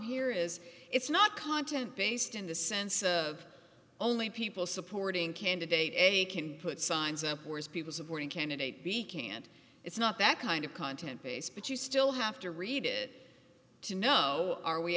here is it's not content based in the sense of only people supporting candidate a can put signs up whereas people supporting candidate b can't it's not that kind of content base but you still have to read it to know are we